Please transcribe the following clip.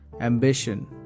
Ambition